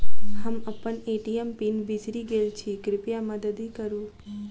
हम अप्पन ATM PIN बिसरि गेल छी कृपया मददि करू